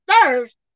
thirst